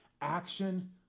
action